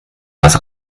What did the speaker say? was